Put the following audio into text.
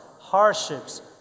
hardships